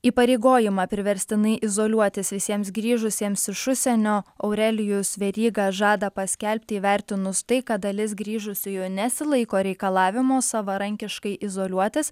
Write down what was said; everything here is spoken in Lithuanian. įpareigojimą priverstinai izoliuotis visiems grįžusiems iš užsienio aurelijus veryga žada paskelbti įvertinus tai kad dalis grįžusiųjų nesilaiko reikalavimo savarankiškai izoliuotis